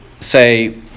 say